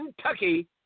Kentucky